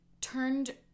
turned